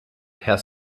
herr